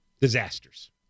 Disasters